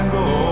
go